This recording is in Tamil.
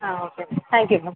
ah okay ma'am thank you ma'am